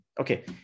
Okay